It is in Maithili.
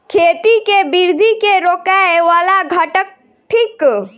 खेती केँ वृद्धि केँ रोकय वला घटक थिक?